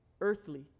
earthly